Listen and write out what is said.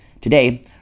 Today